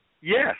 Yes